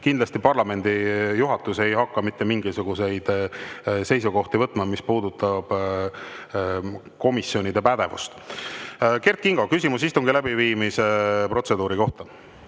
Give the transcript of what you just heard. toimida. Parlamendi juhatus ei hakka kindlasti mitte mingisuguseid seisukohti võtma, mis puudutab komisjonide pädevust. Kert Kingo, küsimus istungi läbiviimise protseduuri kohta.